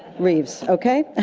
reeves, okay?